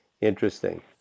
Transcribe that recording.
interesting